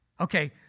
Okay